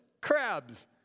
Crabs